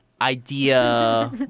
idea